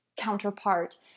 counterpart